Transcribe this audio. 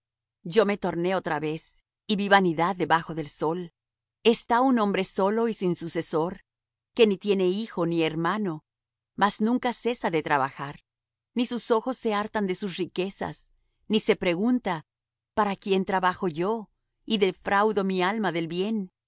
yo me torné otra vez y vi vanidad debajo del sol está un hombre solo y sin sucesor que ni tiene hijo ni hermano mas nunca cesa de trabajar ni sus ojos se hartan de sus riquezas ni se pregunta para quién trabajo yo y defraudo mi alma del bien